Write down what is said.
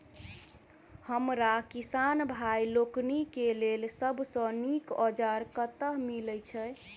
हमरा किसान भाई लोकनि केँ लेल सबसँ नीक औजार कतह मिलै छै?